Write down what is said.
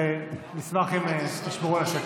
אז נשמח אם תשמרו על השקט.